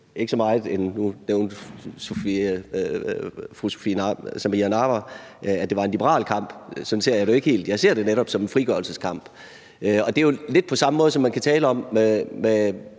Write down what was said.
en frigørelseskamp. Nu nævnte fru Samira Nawa, at det var en liberal kamp, men sådan ser jeg det jo ikke helt. Jeg ser det netop som en frigørelseskamp. Det er jo lidt på samme måde, man kan tale om